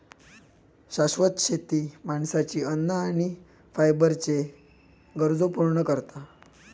शाश्वत शेती माणसाची अन्न आणि फायबरच्ये गरजो पूर्ण करता